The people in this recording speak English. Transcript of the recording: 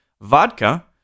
Vodka